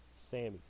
Sammy